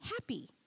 happy